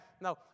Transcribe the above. No